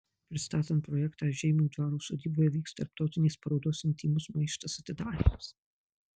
pristatant projektą žeimių dvaro sodyboje vyks tarptautinės parodos intymus maištas atidarymas